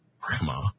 Grandma